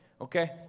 okay